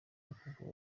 umukobwa